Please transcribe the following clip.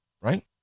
Right